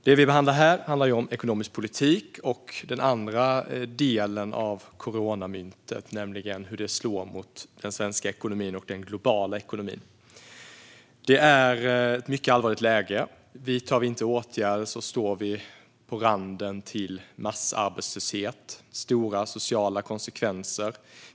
Det vi behandlar här handlar om ekonomisk politik och den andra sidan av coronamyntet, nämligen hur det slår mot den svenska och den globala ekonomin. Det är ett mycket allvarligt läge. Om vi inte vidtar åtgärder står vi på randen till massarbetslöshet och stora sociala konsekvenser.